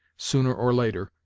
sooner or later,